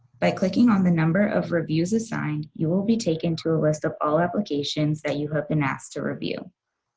by clicking on the number of reviews assigned you will be taken to a list of all applications that you have been asked to review.